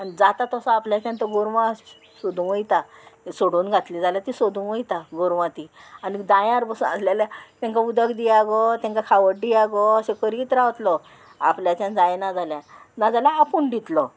आनी जाता तसो आपल्याच्यान तो गोरवां सोदूं वयता सोडून घातली जाल्यार ती सोदूंक वयता गोरवां ती आनी दाय्यार बसून आसले जाल्यार तेंकां उदक दिया गो तांकां खावड दिया गो अशें करीत रावतलो आपल्याच्यान जायना जाल्यार ना जाल्यार आपूण दितलो